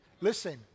Listen